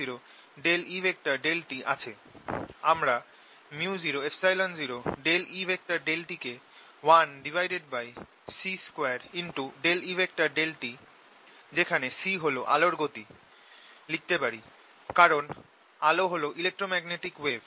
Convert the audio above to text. আমরা µ00E∂t কে 1C2E∂t যেখানে C হল আলোর গতি কারণ আলো হল ইলেক্ট্রম্যাগনেটিক ওয়েভ